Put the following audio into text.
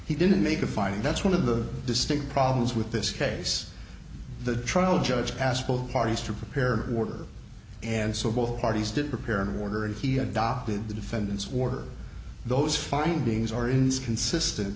he didn't make a fine and that's one of the distinct problems with this case the trial judge asked both parties to prepare order and so both parties did prepare an order and he adopted the defendants were those findings or is consistent